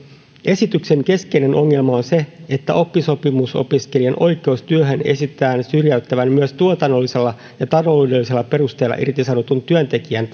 esityksen keskeinen ongelma on se että oppisopimusopiskelijan oikeuden työhön esitetään syrjäyttävän myös tuotannollisella ja taloudellisella perusteella irtisanotun työntekijän